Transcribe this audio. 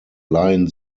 laien